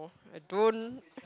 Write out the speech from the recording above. I don't